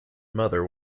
mother